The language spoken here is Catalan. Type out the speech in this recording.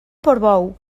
portbou